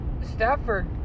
Stafford